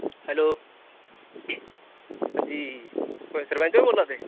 hello हंजी तुस सरपैंच होर बोल्ला दे